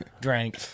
drank